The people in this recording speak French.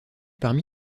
parmi